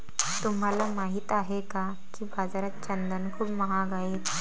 तुम्हाला माहित आहे का की बाजारात चंदन खूप महाग आहे?